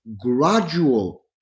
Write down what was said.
gradual